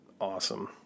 Awesome